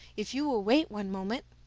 if you will wait one moment.